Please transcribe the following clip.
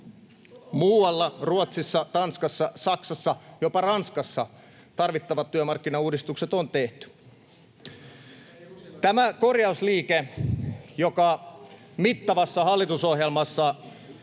Muualla, Ruotsissa, Tanskassa, Saksassa, jopa Ranskassa, tarvittavat työmarkkinauudistukset on tehty. Tämä korjausliike, joka mittavassa hallitusohjelmassa